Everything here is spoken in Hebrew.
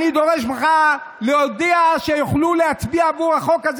אני דורש ממך להודיע שיוכלו להצביע עבור החוק הזה.